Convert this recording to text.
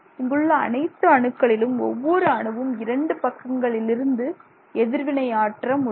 இங்குள்ள அனைத்து அணுக்களிலும் ஒவ்வொரு அணுவும் இரண்டு பக்கங்களிலிருந்தும் எதிர்வினை ஆற்ற முடியும்